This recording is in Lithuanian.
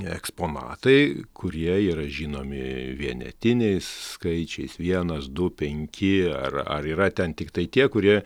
eksponatai kurie yra žinomi vienetiniais skaičiais vienas du penki ar ar yra ten tiktai tie kurie